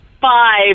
five